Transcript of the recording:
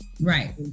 Right